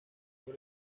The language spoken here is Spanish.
por